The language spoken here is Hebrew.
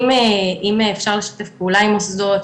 אם אפשר לשתף פעולה עם מוסדות,